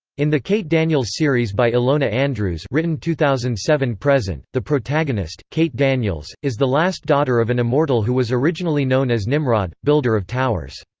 in the kate daniels series by ilona andrews written two thousand and seven present, the protagonist, kate daniels, is the last daughter of an immortal who was originally known as nimrod, builder of towers.